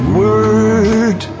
word